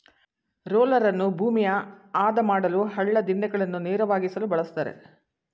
ರೋಲರನ್ನು ಭೂಮಿಯ ಆದ ಮಾಡಲು, ಹಳ್ಳ ದಿಣ್ಣೆಗಳನ್ನು ನೇರವಾಗಿಸಲು ಬಳ್ಸತ್ತರೆ